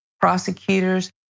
prosecutors